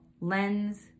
lens